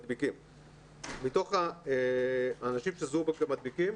מתוך האנשים שזוהו גם כמדביקים,